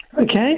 Okay